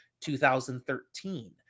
2013